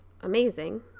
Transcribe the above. amazing